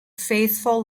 faithful